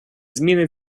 зміни